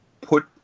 put